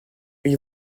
une